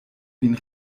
vin